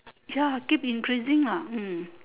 ya keep increasing ah hmm